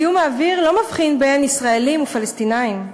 זיהום האוויר לא מבחין בין ישראלים ופלסטינים.